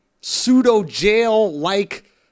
pseudo-jail-like